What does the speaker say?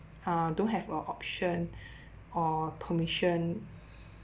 uh don't have a option or permission